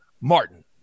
Martin